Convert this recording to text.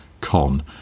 con